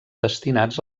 destinats